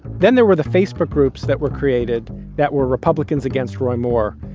then there were the facebook groups that were created that were republicans against roy moore.